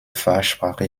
fachsprache